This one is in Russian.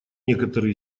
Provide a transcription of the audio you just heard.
некоторые